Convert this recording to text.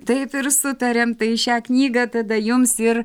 taip ir sutariam tai šią knygą tada jums ir